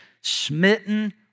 Smitten